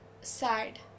sad